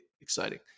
exciting